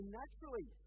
naturally